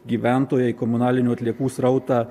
gyventojai komunalinių atliekų srautą